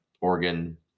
Oregon